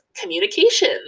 communication